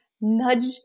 nudge